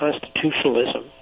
constitutionalism